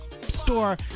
Store